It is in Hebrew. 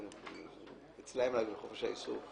אצלם חופש העיסוק?